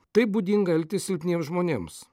taip būdinga elgtis silpniems žmonėms